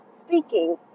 speaking